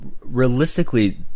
Realistically